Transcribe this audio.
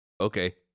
Okay